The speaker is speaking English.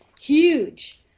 huge